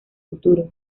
futuro